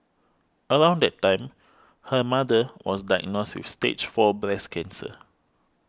around that time her mother was diagnosed with Stage Four breast cancer